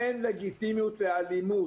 אין לגיטימיות לאלימות.